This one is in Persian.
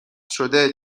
شده